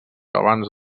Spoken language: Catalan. abans